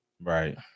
right